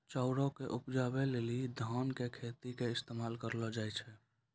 चाउरो के उपजाबै लेली धान के खेतो के इस्तेमाल करलो जाय छै